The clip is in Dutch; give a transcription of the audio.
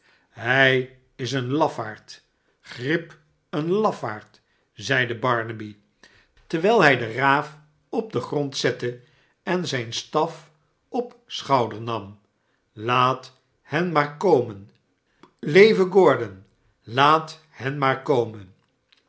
hij is een lafaard grip een lafaard zeide barnaby terwijlhijde raaf op den grond zette en zijn staf op schouder nam laat hen maar komen leve gordon laat hen maar komen